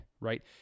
right